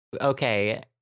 okay